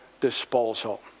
disposal